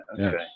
Okay